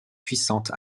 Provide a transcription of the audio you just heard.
puissante